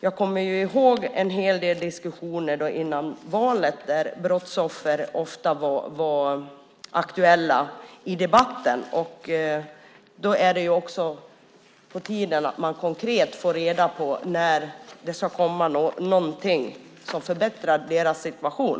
Jag kommer ihåg en del diskussioner före valet där brottsoffer ofta var aktuella i debatten. Det är på tiden att man konkret får reda på när det ska komma något som förbättrar deras situation.